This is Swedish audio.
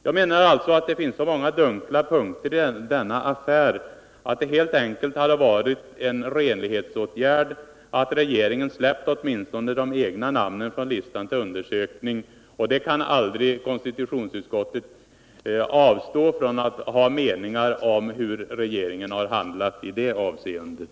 Jag menar alltså att det finns så många dunkla punkter i denna affär att det helt enkelt hade varit en renlighetsåtgärd att regeringen hade släppt åtminstone de egna namnen från listan till undersökning. Konstitutionsutskottet kan aldrig avstå från att ha meningar om hur regeringen har handlat i det avseendet.